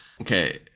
Okay